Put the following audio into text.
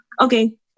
okay